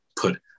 put